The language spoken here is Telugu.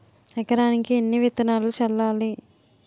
ఎకరానికి ఎన్ని విత్తనాలు చల్లాలి?